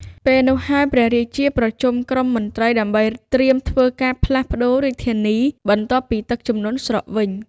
ពេលនោះហើយ ព្រះរាជា ប្រជុំក្រុមមន្ត្រីដើម្បីត្រៀមធ្វើការផ្លាសប្ដូររាជធានី បន្ទាប់ពីទឹកជំនន់ស្រកវិញ ។